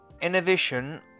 innovation